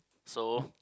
so